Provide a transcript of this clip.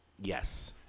Yes